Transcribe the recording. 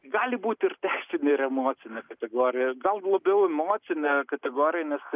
gali būti ir teisinė ir emocinė kategorija gal labiau emocinė kategorija nes